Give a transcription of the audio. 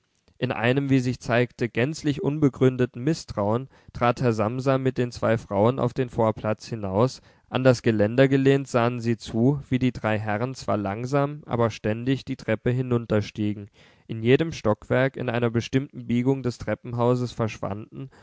in einem wie sich zeigte gänzlich unbegründeten mißtrauen trat herr samsa mit den zwei frauen auf den vorplatz hinaus an das geländer gelehnt sahen sie zu wie die drei herren zwar langsam aber ständig die lange treppe hinunterstiegen in jedem stockwerk in einer bestimmten biegung des treppenhauses verschwanden